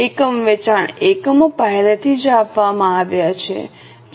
એકમ વેચાણ એકમો પહેલેથી જ આપવામાં આવ્યા છે જે 20000 છે